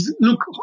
look